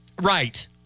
Right